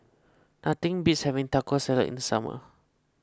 nothing beats having Taco Salad in the summer